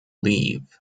leave